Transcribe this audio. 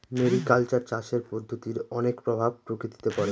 mariculture চাষের পদ্ধতির অনেক প্রভাব প্রকৃতিতে পড়ে